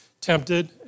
tempted